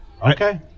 Okay